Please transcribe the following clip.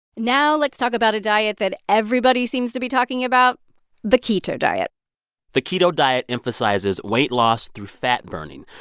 now, let's talk about a diet that everybody seems to be talking about the keto diet the keto diet emphasizes weight loss through fat burning.